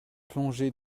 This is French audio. plongée